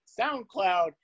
SoundCloud